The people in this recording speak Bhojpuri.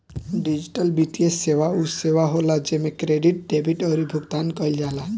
डिजिटल वित्तीय सेवा उ सेवा होला जेमे क्रेडिट, डेबिट अउरी भुगतान कईल जाला